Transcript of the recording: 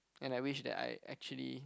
and I wish that I actually